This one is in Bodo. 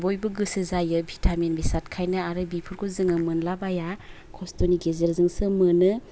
बयबो गोसो जायो भिटामिन बेसादखायनो आरो बिफोरखौ जोङो मोनलाबाया खस्थ'नि गेजेरजोंसो मोनो